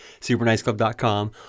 superniceclub.com